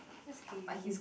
that's crazy